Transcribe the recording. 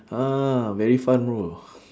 ah very fun bro